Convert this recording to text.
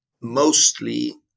mostly